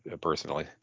personally